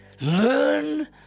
Learn